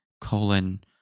colon